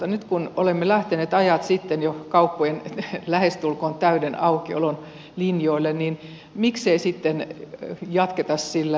nyt kun olemme lähteneet jo ajat sitten kauppojen lähestulkoon täyden aukiolon linjoille niin miksei sitten jatketa sillä